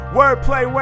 Wordplay